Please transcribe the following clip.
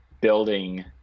Building